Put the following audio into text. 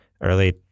early